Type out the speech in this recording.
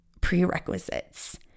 prerequisites